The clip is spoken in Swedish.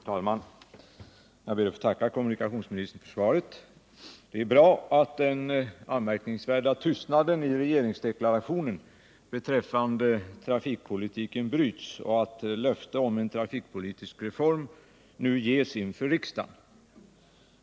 Herr talman! Jag ber att få tacka kommunikationsministern för svaret. Det är bra att den anmärkningsvärda tystnaden i regeringsdeklarationen beträffande trafikpolitiken bryts och att löfte om en trafikpolitisk reform nu ges inför riksdagen.